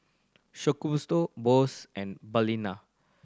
Shokubutsu Bose and Balina